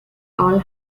all